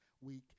week